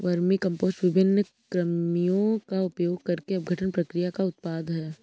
vermicompost विभिन्न कृमियों का उपयोग करके अपघटन प्रक्रिया का उत्पाद है